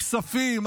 כספים,